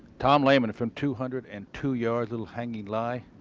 tom lehman from two hundred and two yards. little hanging lie.